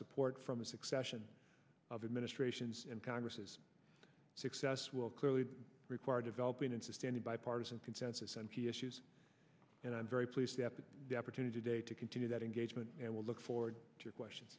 support from a succession of administrations and congresses success will clearly require developing into standing bipartisan consensus on p issues and i'm very pleased to have that the opportunity today to continue that engagement and we'll look forward to your question